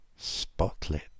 spotlit